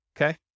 Okay